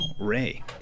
ray